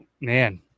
man